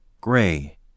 gray